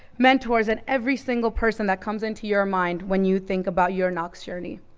mentors, and every single person that comes into your mind when you think about your knox journey.